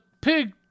pig